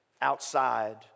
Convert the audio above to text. outside